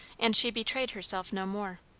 and she betrayed herself no more.